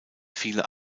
viele